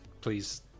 please